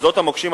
שדות המוקשים,